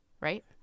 right